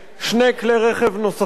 שני כלי רכב נוספים,